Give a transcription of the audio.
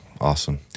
Awesome